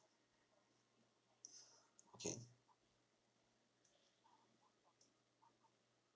okay